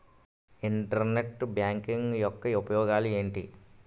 Internet banking యెక్క ఉపయోగాలు ఎంటి?